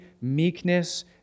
meekness